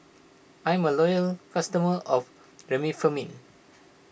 I'm a loyal customer of Remifemin